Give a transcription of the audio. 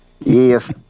Yes